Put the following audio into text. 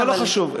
לא חשוב.